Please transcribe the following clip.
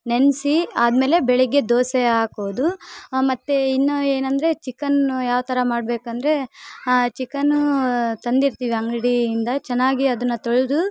ನೆನೆಸಿ ಆದಮೇಲೆ ಬೆಳಗ್ಗೆ ದೋಸೆ ಹಾಕೊದು ಮತ್ತು ಇನ್ನು ಏನಂದರೆ ಚಿಕನ್ ಯಾವ್ತರ ಮಾಡಬೇಕಂದ್ರೆ ಚಿಕನ್ ತಂದಿರ್ತೀವಿ ಅಂಗಡಿಯಿಂದ ಚೆನ್ನಾಗಿ ಅದನ್ನು ತೊಳೆದು